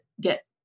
get